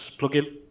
plugin